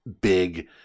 big